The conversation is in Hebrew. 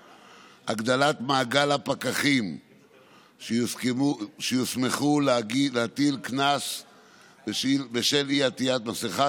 2. הגדלת מעגל הפקחים שיוסמכו להטיל קנס בשל אי-עטיית מסכה,